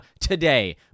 today